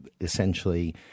essentially